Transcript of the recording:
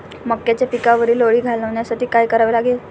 मक्याच्या पिकावरील अळी घालवण्यासाठी काय करावे लागेल?